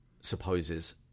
supposes